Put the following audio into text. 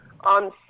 on